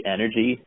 Energy